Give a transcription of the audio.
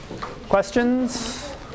Questions